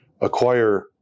acquire